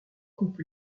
coupe